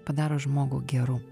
padaro žmogų geru